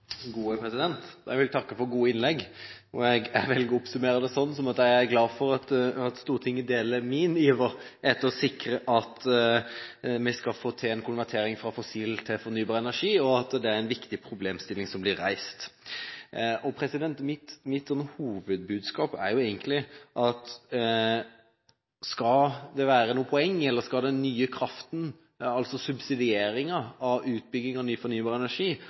glad for at Stortinget deler min iver etter å sikre at vi skal få til en konvertering fra fossil til fornybar energi, og at det er en viktig problemstilling som blir reist. Mitt hovedbudskap er egentlig at skal det være noe poeng i dette, eller skal den nye kraften, altså subsidieringen av utbygging av ny fornybar energi,